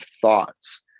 thoughts